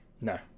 No